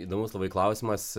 įdomus klausimas